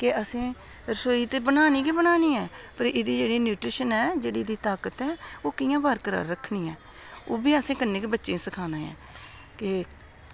केह् असें रसोई ते बनानी गै बनानी ऐ पर एह्दी जेह्की न्यूट्रिशन ऐ एह्दी जेह्ड़ी ताकत ऐ ओह् कियां फर्क रक्खनी ऐ ते ओह्बी असें कन्नै गै बच्चें गी सखाना ऐ ते